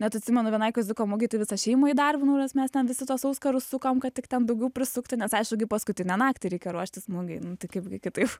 net atsimenu vienai kaziuko mugėje tai visą šeimą įdarbinau nes mes ten visi tuos auskarus sukom kad tik ten daugiau prisukti nes aišku gi paskutinę naktį reikia ruoštis mugei tai kaipgi kitaip